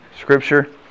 scripture